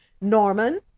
Norman